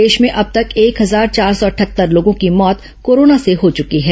प्रदेश में अब तक एक हजार चार सौ अटहत्तर लोगों की मौत कोरोना से हो चुकी है